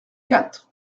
quatre